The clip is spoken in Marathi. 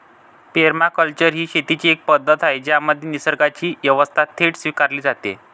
पेरमाकल्चर ही शेतीची एक पद्धत आहे ज्यामध्ये निसर्गाची व्यवस्था थेट स्वीकारली जाते